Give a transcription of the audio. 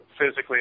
physically